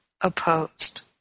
opposed